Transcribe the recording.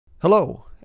Hello